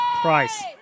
Price